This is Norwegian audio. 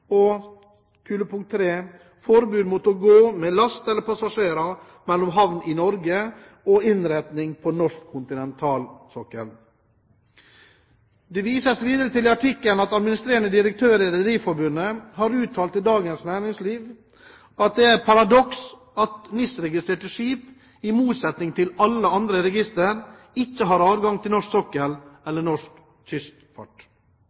havn i Norge og innretning på norsk kontinentalsokkel. Det vises i artikkelen videre til at administrerende direktør i Rederiforbundet har uttalt til Dagens Næringsliv: «Det er et paradoks at NIS-registrerte skip i motsetning til skip i alle andre registre, ikke har adgang til norsk sokkel eller norsk kystfart.